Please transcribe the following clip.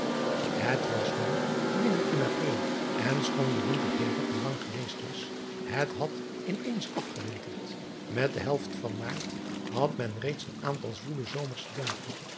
et was nu midden in pril n schoon de winter hevig en lang geweest was het hadt in eens afgewinterd et de helft van aart had men reeds een aantal zwoele zomersche dagen